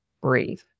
breathe